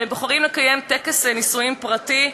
והם בוחרים לקיים טקס נישואים פרטי,